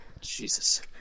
Jesus